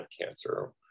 cancer